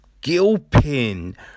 Gilpin